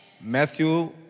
Matthew